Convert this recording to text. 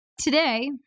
today